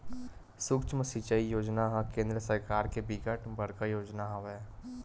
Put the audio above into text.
सुक्ष्म सिचई योजना ह केंद्र सरकार के बिकट बड़का योजना हवय